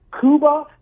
Cuba